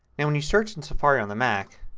and when you search in safari in the mac